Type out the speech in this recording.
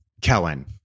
Kellen